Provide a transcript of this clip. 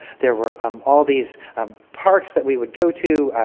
there were um all these um parks that we would go to,